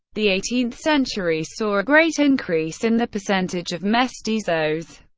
the eighteenth century saw a great increase in the percentage of mestizos.